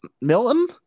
Milton